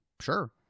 sure